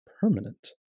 permanent